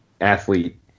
athlete